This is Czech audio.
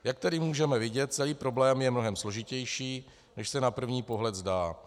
Jak tedy můžeme vidět, celý problém je mnohem složitější, než se na první pohled zdá.